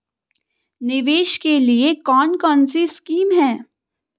निवेश के लिए कौन कौनसी स्कीम हैं?